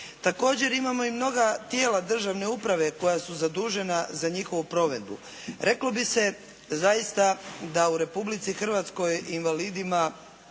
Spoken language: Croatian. Također, imamo i mnoga tijela državne uprave koja su zadužena za njihovu provedbu. Reklo bi se zaista da u Republici Hrvatskoj invalidima,